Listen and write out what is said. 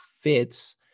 fits